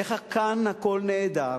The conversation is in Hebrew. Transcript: איך כאן הכול נהדר,